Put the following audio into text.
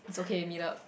it's okay me out